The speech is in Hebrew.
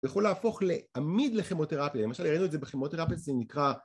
יכול להפוך לעמיד לחימותרפיה, למשל הראינו את זה בחימותרפיה, זה נקרא...